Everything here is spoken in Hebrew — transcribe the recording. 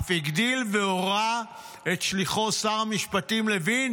אף הגדיל והורה לשליחו שר המשפטים לוין